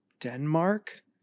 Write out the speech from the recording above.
Denmark